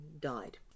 died